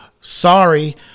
Sorry